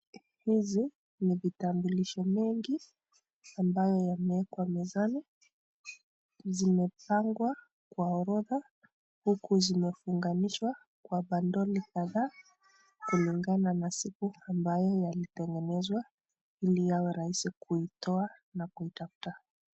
Hizi ni vitambulisho mengi ambayo yameekwa mezani. Zimepangwa kwa orodha, huku zimefunganishwa kwa bandoli kadhaa kulingana na siku ambayo yalitengenezwa ili yawe rahisi kuitoa na kuitafuta.